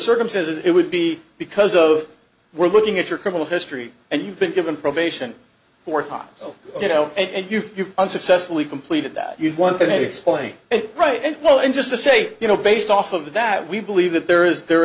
circumstances it would be because of we're looking at your criminal history and you've been given probation for time so you know and you unsuccessfully completed that one thing maybe explain it right well and just to say you know based off of that we believe that there is there